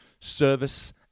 service